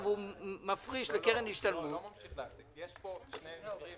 והחצי השני זה בדרך כלל אנשים שנמצאים במשרות ניהוליות